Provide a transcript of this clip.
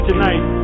Tonight